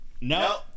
No